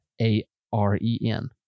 A-R-E-N